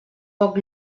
poc